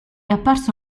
apparso